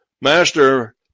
master